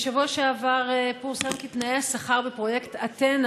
בשבוע שעבר פורסם כי תנאי השכר בפרויקט אתנה,